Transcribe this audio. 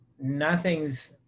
nothing's